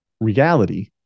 reality